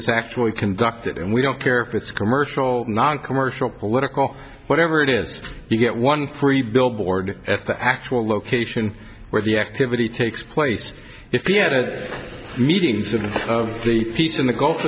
is actually conducted and we don't care if it's a commercial noncommercial political whatever it is you get one free billboard at the actual location where the activity takes place if you had a meetings of the peace in the gulf